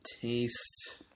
taste